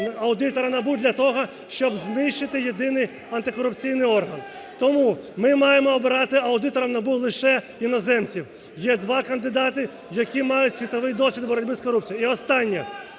аудитора НАБУ для того, щоб знищити єдиний антикорупційний орган. Тому ми маємо обирати аудитора НАБУ лише іноземців. Є два кандидати, які мають світовий досвід боротьби з корупцією. І останнє.